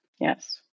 Yes